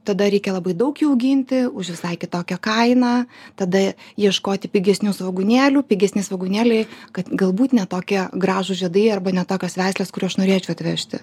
tada reikia labai daug jų auginti už visai kitokią kainą tada ieškoti pigesnių svogūnėlių pigesni svogūnėliai kad galbūt ne tokie gražūs žiedai arba ne tokios veislės kurių aš norėčiau atvežti